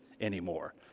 anymore